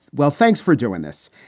well, thanks for doing this.